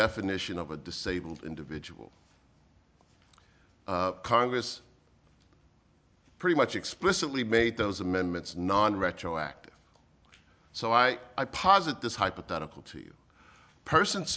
definition of a disabled individual congress pretty much explicitly made those amendments non retroactive so i posit this hypothetical to you person